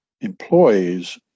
employees